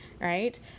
right